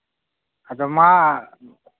ᱟᱫᱚ ᱢᱟ